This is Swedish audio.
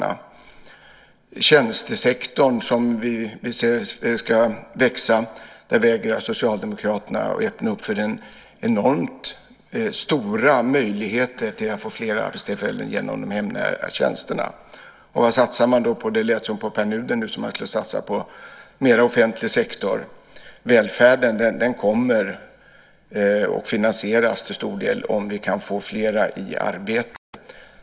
När det gäller tjänstesektorn, som vi vill ska växa, vägrar Socialdemokraterna att öppna för den enormt stora möjligheten att få fler arbetstillfällen genom de hemnära tjänsterna. Vad satsar man då på? Nu lät det på Pär Nuder som om man skulle satsa på mer offentlig sektor. Välfärden kommer till stor del att finansieras om vi kan få fler i arbete.